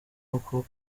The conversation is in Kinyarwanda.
uko